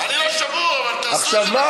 אני לא שבור, אבל תעשו את זה